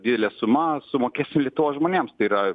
didelė suma sumokėsim lietuvos žmonėms tai yra